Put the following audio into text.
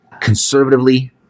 conservatively